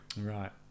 right